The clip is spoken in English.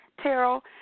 Terrell